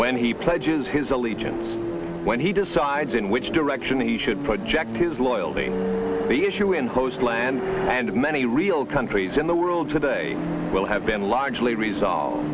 when he pledges his allegiance when he decides in which direction he should project his loyalty to the issue in post land and many real countries in the world today will have been largely resolved